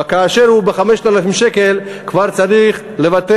וכאשר הוא ב-5,000 שקלים כבר צריך לוותר